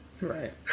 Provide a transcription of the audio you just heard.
Right